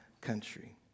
country